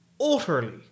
utterly